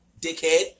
Dickhead